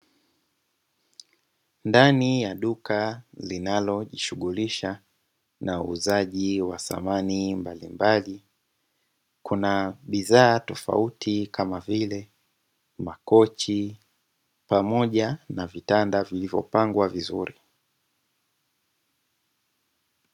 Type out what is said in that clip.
Ndani ya duka linalojishughulisha na uuzaji wa samani mbalimbali, kuna bidhaa tofauti kama vile makochi pamoja na vitanda vilivyopangwa vizuri.